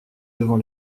devant